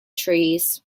trees